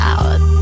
Out